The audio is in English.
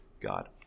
God